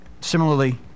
Similarly